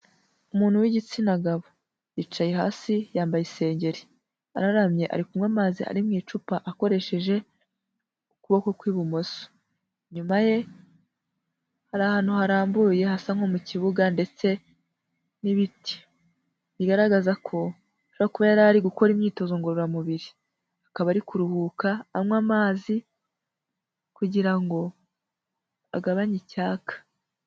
Umuntu w'igitsina gabo. Yicaye hasi yambaye isengeri araramye ari kunywa amazi ari mu icupa akoresheje ukuboko kw'ibumoso. Inyuma ye hari ahantu harambuye hasa nko mu kibuga ndetse n'ibiti bigaragaza ko no kuba yari ari gukora imyitozo ngororamubiri. Akaba ari kuruhuka anywa amazi kugira ngo agabanye icyaka.